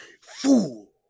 Fool